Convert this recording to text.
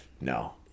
no